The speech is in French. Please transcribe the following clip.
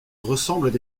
ressemblent